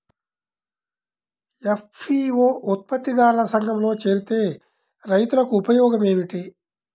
FPO ఉత్పత్తి దారుల సంఘములో చేరితే రైతులకు ఉపయోగము ఏమిటి?